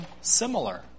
similar